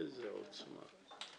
איזה עוצמה.